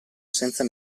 senza